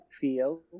feel